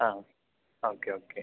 ആ okay okay